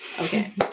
Okay